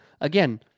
again